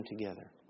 together